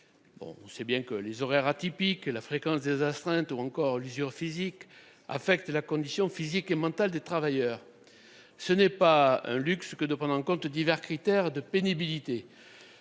de la RATP. Les horaires atypiques, la fréquence des astreintes ou encore l'usure affectent les conditions physiques et mentales des travailleurs. Il est indispensable de prendre en compte divers critères de pénibilité.